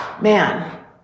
Man